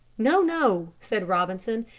no, no, said robinson,